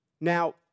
Now